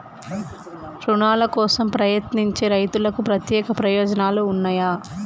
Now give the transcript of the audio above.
రుణాల కోసం ప్రయత్నించే రైతులకు ప్రత్యేక ప్రయోజనాలు ఉన్నయా?